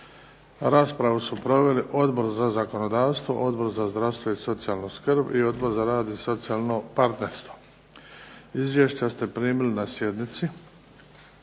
Raspravu su proveli Odbor za zakonodavstvo, Odbor za zdravstvo i socijalnu skrb, i Odbor za rad i socijalno partnerstvo. Izvješća ste primili na sjednici.